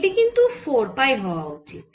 এটি কিন্তু 4 পাই হওয়া উচিত